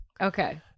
okay